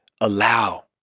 allow